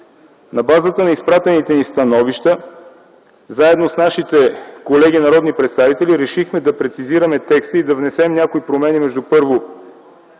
На базата на изпратените ни становища, заедно с нашите колеги народни представители решихме да прецизираме текста и да внесем някои промени между първо